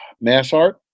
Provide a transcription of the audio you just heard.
MassArt